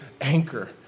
anchor